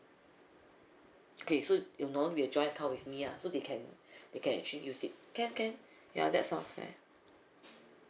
okay so it won't be a joint account with me ah so they can they can actually use it can can ya that sounds fair